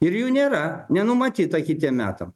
ir jų nėra nenumatyta kitiem metam